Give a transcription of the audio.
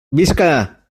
visca